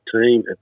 team